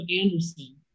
anderson